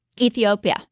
Ethiopia